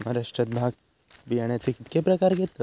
महाराष्ट्रात भात बियाण्याचे कीतके प्रकार घेतत?